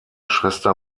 schwester